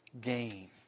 gain